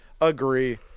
agree